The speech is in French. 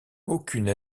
aucune